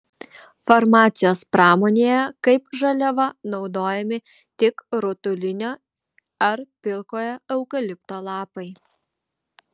farmacijos pramonėje kaip žaliava naudojami tik rutulinio ar pilkojo eukalipto lapai